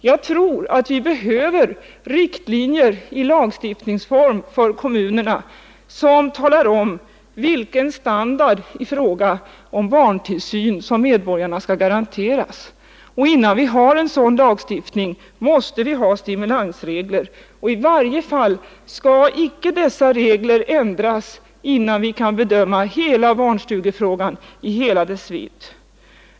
Jag tror för min del att vi för kommunerna behöver riktlinjer i lagstiftningsform som talar om vilken standard i fråga om barntillsyn medborgarna skall garanteras. Innan vi har en sådan lagstiftning måste vi ha stimulansregler, och i varje fall skall inte dessa regler ändras innan vi kan bedöma barnstugefrågan i hela dess vidd.